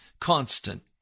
constant